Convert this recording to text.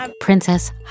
Princess